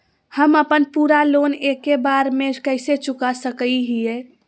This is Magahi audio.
हम अपन पूरा लोन एके बार में कैसे चुका सकई हियई?